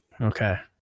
Okay